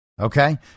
okay